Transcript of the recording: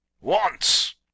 Once